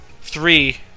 three